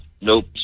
nope